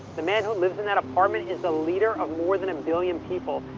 the man who lives in that apartment is the leader of more than a billion people.